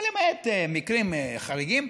אבל למעט במקרים חריגים,